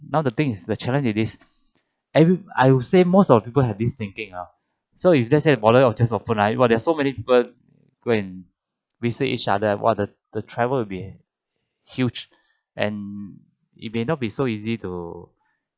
now the thing is the challenge is this every I would say most of the people has this thinking ah so if let's say the border will just open !wah! there are so many people go and we see each other what the the travel would be huge and it may not be so easy to